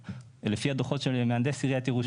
לפי הדוחות של מהנדס עיריית ירושלים.